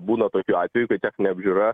būna tokių atvejų techninė apžiūra